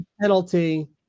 penalty